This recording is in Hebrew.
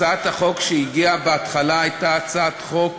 הצעת החוק שהגיעה בהתחלה הייתה הצעת חוק